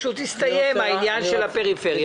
הסתיים העניין של הפריפריה,